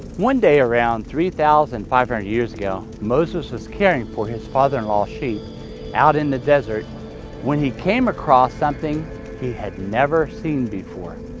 one day around three thousand five hundred years ago, moses was caring for his father-in-law's sheep out in the desert when he came across something he had never seen before.